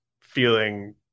feeling